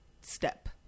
step